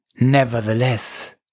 Nevertheless